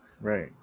Right